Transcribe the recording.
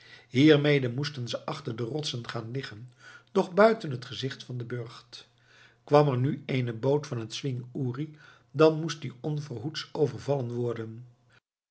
hiermede moesten ze achter de rotsen gaan liggen doch buiten het gezicht van den burcht kwam er nu eene boot van den zwing uri dan moest die onverhoeds overvallen worden